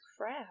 crap